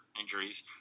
injuries